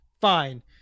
Fine